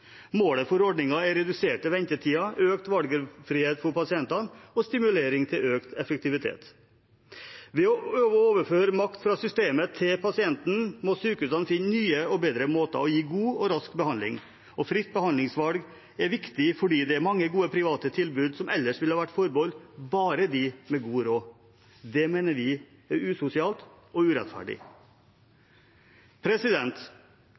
Målet for ordningen er reduserte ventetider, økt valgfrihet for pasientene og stimulering til økt effektivitet. Ved å overføre makt fra systemet til pasienten må sykehusene finne nye og bedre måter å gi god og rask behandling på, og fritt behandlingsvalg er viktig, for det er mange gode private tilbud som ellers ville vært forbeholdt bare dem med god råd. Det mener vi er usosialt og urettferdig.